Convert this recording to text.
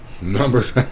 Numbers